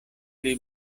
pli